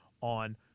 on